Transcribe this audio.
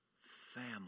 family